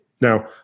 now